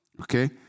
okay